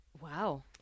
Wow